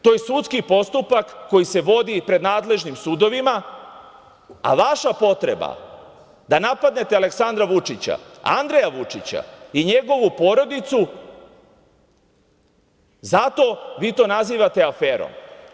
To je sudski postupak koji se vodi pred nadležnim sudovima, a vaša je potreba da napadate Aleksandra Vučića, Andreja Vučića i njegovu porodicu i zato vi to nazivate aferom.